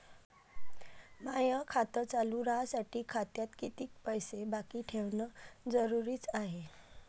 माय खातं चालू राहासाठी खात्यात कितीक पैसे बाकी ठेवणं जरुरीच हाय?